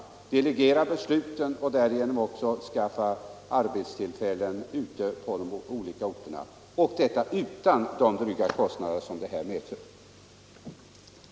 Man kan delegera besluten och därigenom skaffa arbetstillfällen ute på de olika orterna. Och detta kan man göra utan de dryga kostnader som den nuvarande utflyttningen medför.